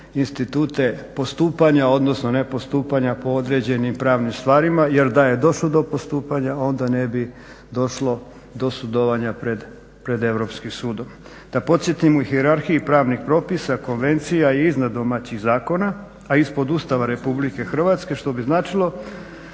institute postupanja odnosno nepostupanja po određenim pravnim stvarima jer da je došlo do postupanja onda ne bi došlo do sudovanja pred Europskim sudom. Da podsjetim, u hijerarhiji pravnih propisa konvencija je iznad domaćih zakona, a ispod Ustava Republike Hrvatske što bi značilo